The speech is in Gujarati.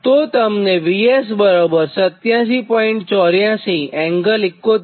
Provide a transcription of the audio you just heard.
તો તમને VS 87